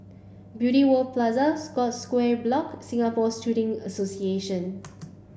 Beauty World Plaza Scotts Square Block Singapore Shooting Association